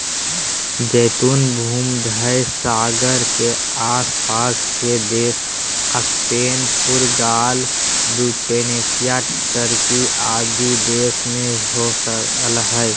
जैतून भूमध्य सागर के आस पास के देश स्पेन, पुर्तगाल, ट्यूनेशिया, टर्की आदि देश में हो रहल हई